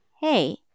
hey